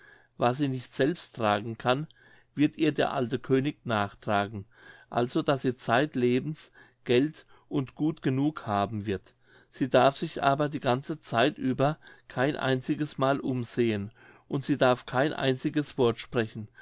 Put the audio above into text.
was sie nicht selbst tragen kann wird ihr der alte könig nachtragen also daß sie zeitlebens geld und gut genug haben wird sie darf sich aber die ganze zeit über kein einziges mal umsehen und sie darf kein einziges wort sprechen